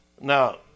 now